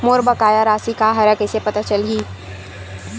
मोर बकाया राशि का हरय कइसे पता चलहि?